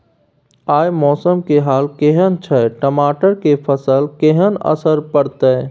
आय मौसम के हाल केहन छै टमाटर के फसल पर केहन असर परतै?